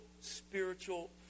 spiritual